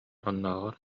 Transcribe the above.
оннооҕор